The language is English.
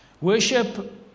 Worship